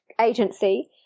agency